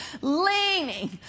Leaning